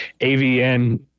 AVN